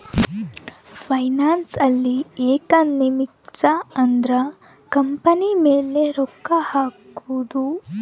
financial economics ಅಂದ್ರ company ಮೇಲೆ ರೊಕ್ಕ ಹಕೋದು